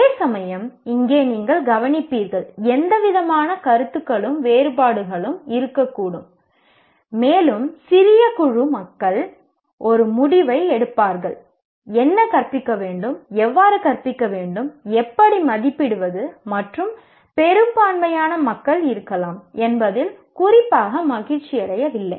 அதேசமயம் இங்கே நீங்கள் கவனிப்பீர்கள் எந்தவிதமான கருத்துகளும் வேறுபாடுகளும் இருக்கக்கூடும் மேலும் சிறிய குழு மக்கள் ஒரு முடிவை எடுப்பார்கள் என்ன கற்பிக்க வேண்டும் எவ்வாறு கற்பிக்க வேண்டும் எப்படி மதிப்பிடுவது மற்றும் பெரும்பான்மையான மக்கள் இருக்கலாம் என்பதில் குறிப்பாக மகிழ்ச்சியடையவில்லை